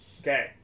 Okay